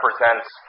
represents